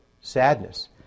sadness